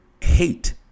Hate